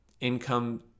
income